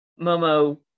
Momo